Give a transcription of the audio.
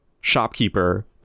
shopkeeper